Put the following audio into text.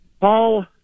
Paul